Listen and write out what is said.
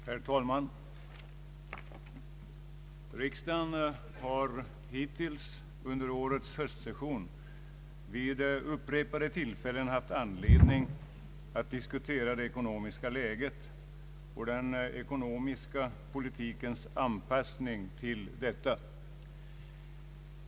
Herr talman! Riksdagen har redan under årets höstsession vid upprepade tillfällen haft anledning att diskutera det ekonomiska läget och den ekonomiska politikens anpassning till detta.